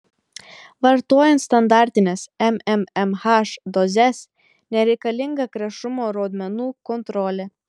vartojant standartines mmmh dozes nereikalinga krešumo rodmenų kontrolė